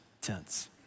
tense